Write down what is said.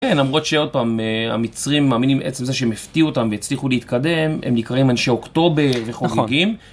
כן, למרות שעוד פעם, המצרים מאמינים, עצם זה שהם הפתיעו אותם והצליחו להתקדם, הם נקראים אנשי אוקטובר וחוגגים.